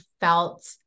felt